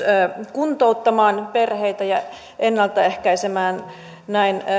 kuntouttamaan perheitä ja ennaltaehkäisemään näin